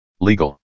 Legal